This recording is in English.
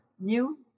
new